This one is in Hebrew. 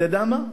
אתה יודע מה?